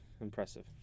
Impressive